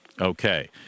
Okay